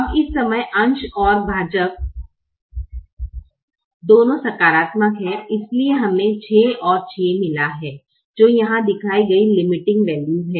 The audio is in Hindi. अब इस समय अंश और भाजक दोनों सकारात्मक हैं इसलिए हमें 6 और 6 मिला है जो यहाँ दिखाया गयी लिमीटिंग वैल्यू है